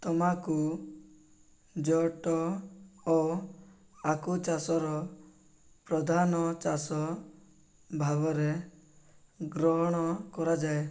ତମାଖୁ ଝୋଟ ଓ ଆଖୁ ଚାଷର ପ୍ରଧାନ ଚାଷ ଭାବରେ ଗ୍ରହଣ କରାଯାଏ